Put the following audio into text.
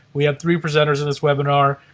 we have three presenters in this webinar.